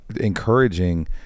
encouraging